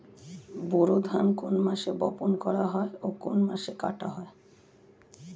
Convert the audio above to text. বোরো ধান কোন মাসে বপন করা হয় ও কোন মাসে কাটা হয়?